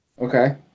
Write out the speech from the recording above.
Okay